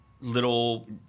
little